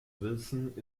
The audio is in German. wilson